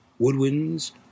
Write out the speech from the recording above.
Woodwinds